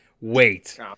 wait